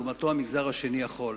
לעומתו, המגזר השני יכול.